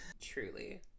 truly